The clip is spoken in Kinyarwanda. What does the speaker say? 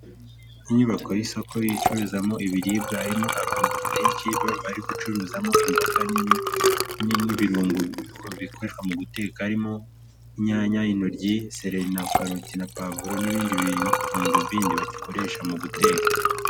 Inyubako y'isoko icururizwamo ibiribwa, harimo abamama benshi bari gucuruzamo imboga n'ibirungo bikoreshwa mu guteka, harimo inyanya, intoryi, sereri na karoti na pavuro n'ibindi birungo bindi bakoresha mu guteka.